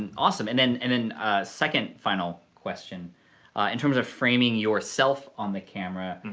and awesome, and then and then second final question in terms of framing yourself on the camera, and